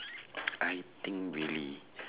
I think really